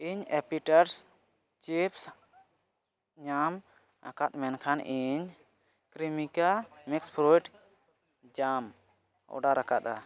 ᱤᱧ ᱮᱯᱤᱴᱟᱥ ᱪᱤᱯᱥ ᱧᱟᱢ ᱟᱠᱟᱫᱟ ᱢᱮᱱᱠᱷᱟᱱ ᱤᱧ ᱠᱨᱤᱢᱤᱠᱮᱞ ᱢᱤᱠᱥ ᱯᱷᱨᱩᱴ ᱡᱮᱢ ᱚᱨᱰᱟᱨ ᱟᱠᱟᱫᱟ